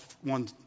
one